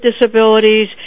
disabilities